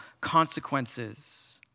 consequences